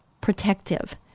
protective